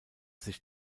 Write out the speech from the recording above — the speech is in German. sich